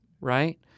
right